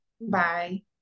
Bye